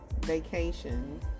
vacation